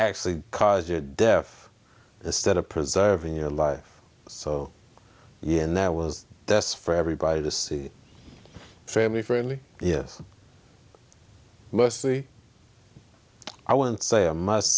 actually cause your death instead of preserving your life so yeah there was this for everybody to see family friendly yes mostly i wouldn't say a must